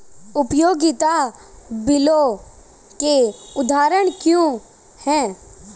उपयोगिता बिलों के उदाहरण क्या हैं?